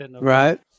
Right